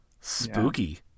spooky